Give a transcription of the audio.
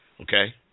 Okay